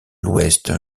l’ouest